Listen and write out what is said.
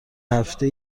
هفته